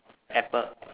apple